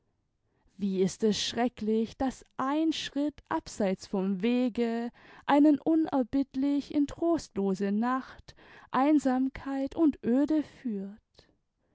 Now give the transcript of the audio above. wie ist es schrecklich daß ein schritt abseits vom wege einen tineibittlich in trostlose nacht einsamkeit und öde führt